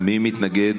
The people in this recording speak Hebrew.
מי מתנגד?